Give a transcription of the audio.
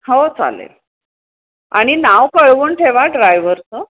हो चालेल आणि नाव कळवून ठेवा ड्रायव्हरचं